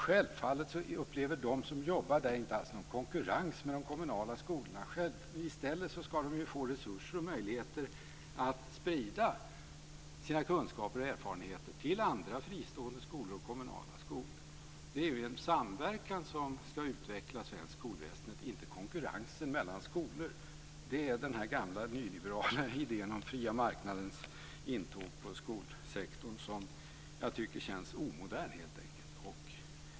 Självfallet upplever de som jobbar där alls inte någon konkurrens med de kommunala skolorna. I stället ska de få resurser och möjligheter att sprida sina kunskaper och erfarenheter till andra fristående skolor och kommunala skolor. Det är samverkan som ska utveckla det svenskt skolväsende, inte konkurrens mellan skolor, för det är den gamla nyliberala idén om den fria marknadens intåg i skolsektorn som helt enkelt känns omodern.